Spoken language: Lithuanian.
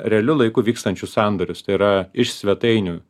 realiu laiku vykstančius sandorius tai yra iš svetainių